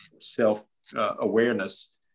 self-awareness